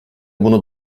bunu